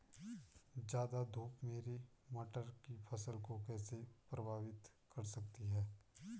ज़्यादा धूप मेरी मटर की फसल को कैसे प्रभावित कर सकती है?